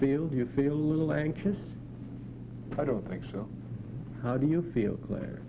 do you feel a little anxious i don't think so how do you feel claire